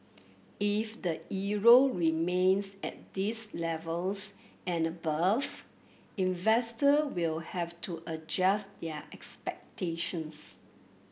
if the euro remains at these levels and above investor will have to adjust their expectations